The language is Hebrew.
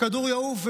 כדור יעוף,